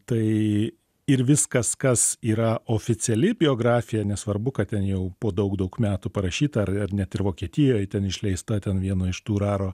tai ir viskas kas yra oficiali biografija nesvarbu kad ten jau po daug daug metų parašyta ar ar net ir vokietijoj ten išleista ten vieno iš tų raro